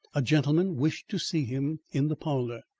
a gentleman wished to see him in the parlour.